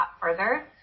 further